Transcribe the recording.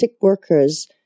workers